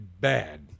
bad